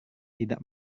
tidak